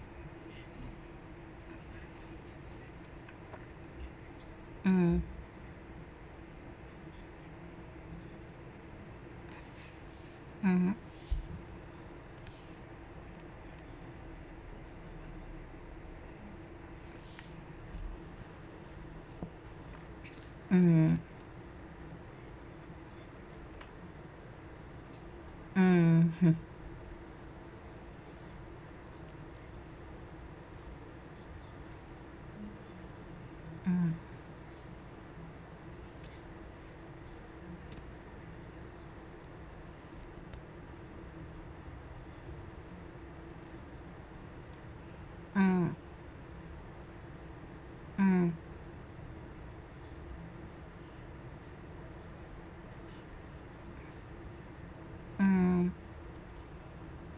mm mmhmm mm mm mm mm mm mm